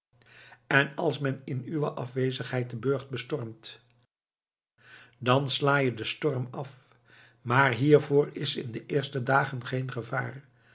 en als men in uwe afwezigheid den burcht bestormt dan sla je den storm af maar hiervoor is in de eerste dagen geen gevaar